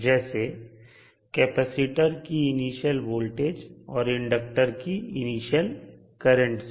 जैसे कैपेसिटर की initial voltage और इंडक्टर की इनिशियल करंट से